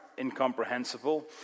incomprehensible